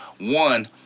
one